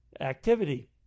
activity